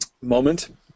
moment